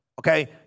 okay